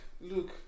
look